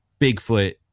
Bigfoot